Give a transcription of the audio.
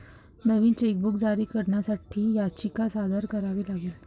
नवीन chequebook जारी करण्यासाठी याचिका सादर करावी लागेल